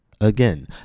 Again